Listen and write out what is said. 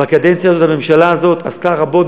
בקדנציה הזאת הממשלה הזאת עשתה רבות,